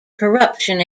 corruption